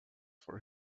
for